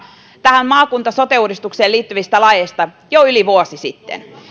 tähän maakunta sote uudistukseen liittyvistä laeista jo yli vuosi sitten